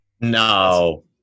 No